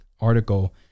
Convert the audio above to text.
article